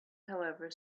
however